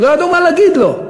לא ידעו מה להגיד לו.